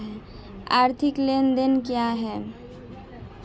आर्थिक लेनदेन क्या है?